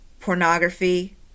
Pornography